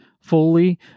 fully